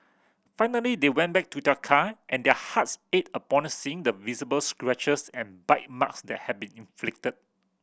finally they went back to their car and their hearts ached upon seeing the visible scratches and bite marks that had been inflicted